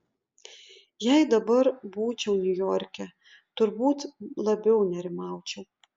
jei dabar būčiau niujorke turbūt labiau nerimaučiau